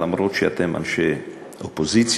אף-על-פי שאתם אנשי אופוזיציה,